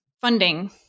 funding